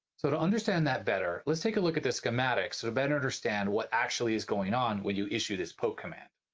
so to understand that better let's take a look at this schematic so to better understand what actually is going on when you issue this poke command.